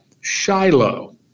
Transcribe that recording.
Shiloh